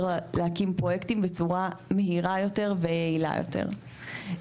להקים פרויקטים בצורה מהירה יותר ויעילה יותר.